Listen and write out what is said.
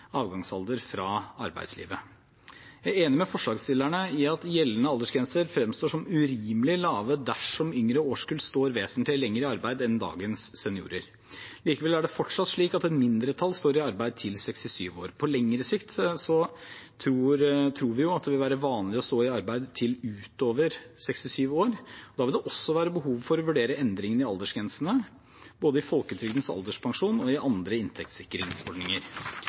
avgangsalder fra arbeidslivet. Jeg er enig med forslagsstillerne i at gjeldende aldersgrenser fremstår som urimelig lave dersom yngre årskull står vesentlig lenger i arbeid enn dagens seniorer. Likevel er det fortsatt slik at et mindretall står i arbeid til 67 år. På lengre sikt tror jeg det vil være vanlig å stå i arbeid til utover 67 år, og da vil det også være behov for å vurdere endringer i aldersgrensene – både i folketrygdens alderspensjon og i andre inntektssikringsordninger.